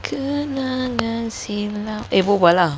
kenangan silam eh berbual lah